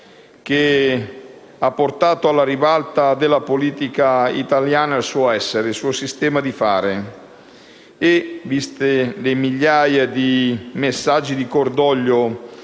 che ha portato alla ribalta della politica italiana il suo essere, il suo sistema di fare e, viste le migliaia di messaggi di cordoglio